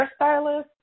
hairstylist